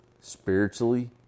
spiritually